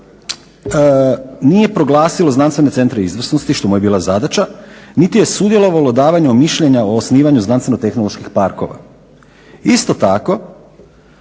nije proglasilo znanstvene centre izvrsnosti, što mu je bila zadaća, niti je sudjelovalo u davanju mišljenja o osnivanju znanstveno tehnoloških parkova. Isto tako,